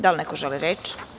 Da li neko želi reč?